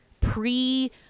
pre